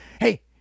hey